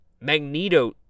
Magneto